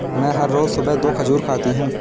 मैं हर रोज सुबह दो खजूर खाती हूँ